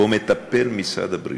שבו מטפל משרד הבריאות,